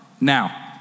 Now